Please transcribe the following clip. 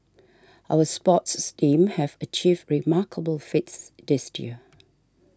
our sports steam have achieved remarkable feats this year